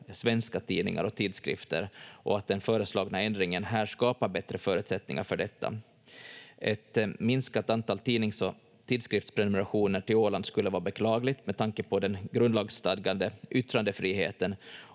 svenska tidningar och tidskrifter och att den föreslagna ändringen här skapar bättre förutsättningar för detta. Ett minskat antal tidnings- och tidskriftsprenumerationer till Åland skulle vara beklagligt med tanke på den grundlagsstadgade yttrandefriheten,